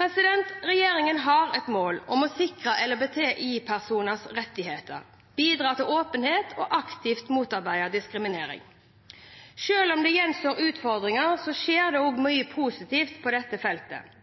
Regjeringen har et mål om å sikre LHBTI-personers rettigheter, bidra til åpenhet og aktivt motarbeide diskriminering. Selv om det gjenstår utfordringer, skjer det også mye positivt på dette feltet.